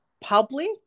public